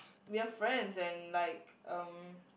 we are friends and like um